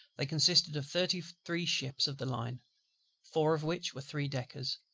they consisted of thirty-three ships of the line four of which were three-deckers,